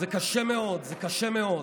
זה קשה מאוד, זה קשה מאוד,